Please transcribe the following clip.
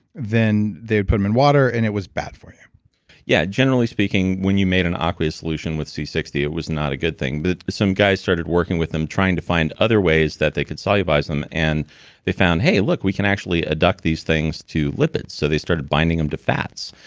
then they would put them in water, and it was bad for you yeah. generally speaking, when you made an ah aqueous solution with c it was not a good thing. but some guys started working with them trying to find other ways that they could solubilize them, and they found, hey, look, we can actually adduct these things to lipids. so, they started binding them to fats,